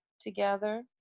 together